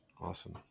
Awesome